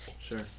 Sure